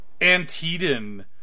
Antedon